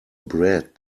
bred